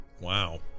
Wow